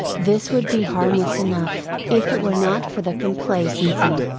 this would be harmless enough, if it were not for the complacency,